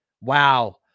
Wow